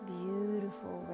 beautiful